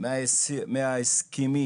מההסכמים